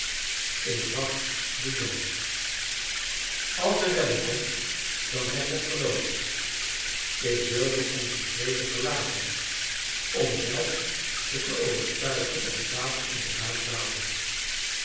ik wacht den dood als er redding komt dan zij god geloofd ik wilde onze trede verlaten om zelf me te overtuigen of het water inderdaad daalde